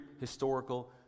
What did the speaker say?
historical